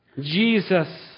Jesus